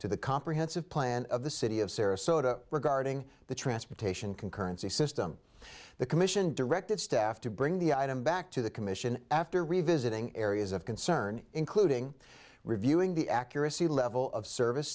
to the comprehensive plan of the city of sarasota regarding the transportation concurrency system the commission directed staff to bring the item back to the commission after revisiting areas of concern including reviewing the accuracy level of service